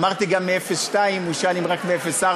אמרתי, גם מ-02, הוא שאל אם רק מ-04.